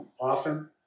often